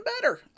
better